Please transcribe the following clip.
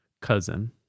cousin